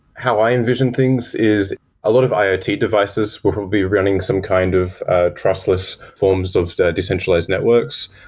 how i envision things is a lot of iot devices will will be running some kind of trustless forms of decentralized networks.